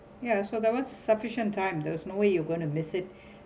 ya so that was sufficient time there is no way you're gonna miss it